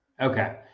Okay